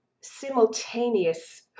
simultaneous